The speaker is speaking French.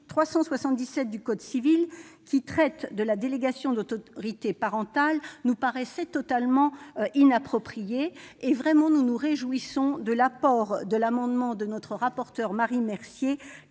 377 du code civil, qui traite de la délégation de l'autorité parentale, nous paraissait totalement inapproprié. Nous nous réjouissons vraiment de l'apport de l'amendement de notre rapporteure, Marie Mercier,